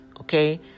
okay